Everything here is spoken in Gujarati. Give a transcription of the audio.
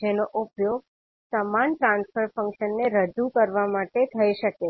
જેનો ઉપયોગ સમાન ટ્રાન્સફર ફંક્શનને રજૂ કરવા માટે થઈ શકે છે